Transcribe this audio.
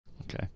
Okay